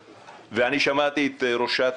שמעתי את ראשת